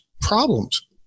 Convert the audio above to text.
problems